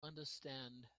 understand